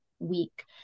week